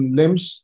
limbs